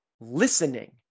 listening